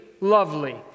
lovely